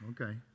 Okay